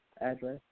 address